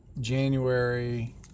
January